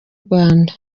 rwanda